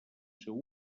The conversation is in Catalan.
seu